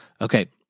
Okay